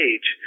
Age